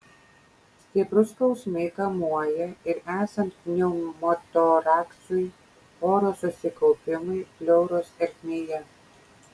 stiprūs skausmai kamuoja ir esant pneumotoraksui oro susikaupimui pleuros ertmėje